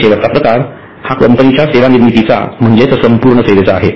आणि शेवटचा प्रकार हा कंपनीच्या सेवा निर्मितीचा म्हणजेच संपूर्ण सेवेचा आहे